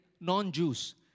non-Jews